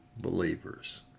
believers